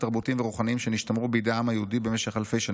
תרבותיים ורוחניים שנשתמרו בידי העם היהודי במשך אלפי שנים.